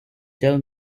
tell